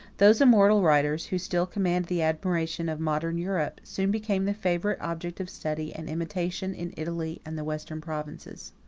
those immortal writers who still command the admiration of modern europe, soon became the favorite object of study and imitation in italy and the western provinces.